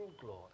glory